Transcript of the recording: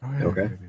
okay